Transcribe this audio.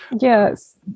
Yes